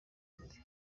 dufite